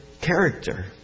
character